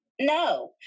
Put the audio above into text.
No